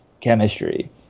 chemistry